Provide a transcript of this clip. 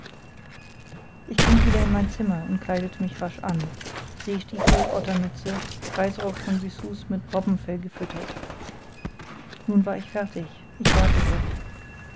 ich ging wieder in mein zimmer und kleidete mich rasch an seestiefel ottermütze reiserock von byssus mit robbenfell gefüttert nun war ich fertig ich wartete